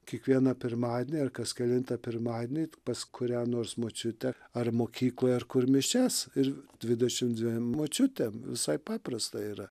kiekvieną pirmadienį ar kas kelintą pirmadienį pas kurią nors močiutę ar mokykloje ar kur mišias ir dvidešimt dviem močiutėm visai paprasta yra